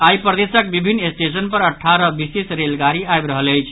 आई प्रदेशक विभिन्न स्टेशन पर अठारह विशेष रेलगाड़ी आबि रहल अछि